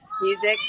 music